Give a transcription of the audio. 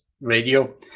radio